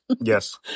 Yes